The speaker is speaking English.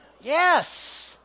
Yes